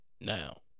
Now